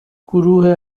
گروه